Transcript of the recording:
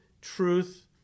truth